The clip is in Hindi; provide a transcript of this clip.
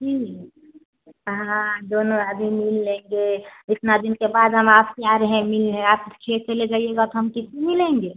ठीक हाँ दोनों आदमी मिल लेंगे इतना दिन के बाद हम आपसे आ रहे हैं मिलने आप खेत चले जाइएगा तो हम किससे मिलेंगे